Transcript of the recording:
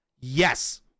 Yes